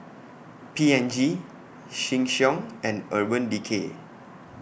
P and G Sheng Siong and Urban Decay